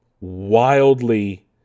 wildly